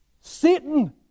Satan